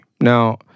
Now